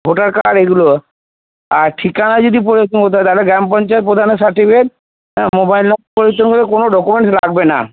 voter card এইগুলো আর ঠিকানা যদি হয় তাহলে গ্রাম পঞ্চায়েত প্রধানের সার্টিফিকেট মোবাইল নম্বর হিসেবে কোনও ডকুমেণ্ট লাগবে না